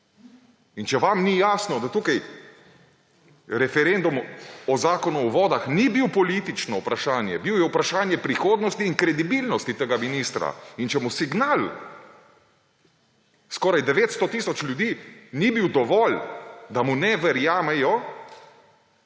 In če vam ni jasno, da tukaj referendum o Zakonu o vodah ni bil politično vprašanje, bil je vprašanje prihodnosti in kredibilnosti tega ministra. In če mu signal skoraj 900 tisoč ljudi ni bil dovolj, da mu ne verjamejo,